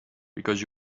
because